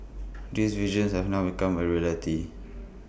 this vision have now become A reality